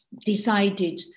decided